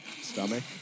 stomach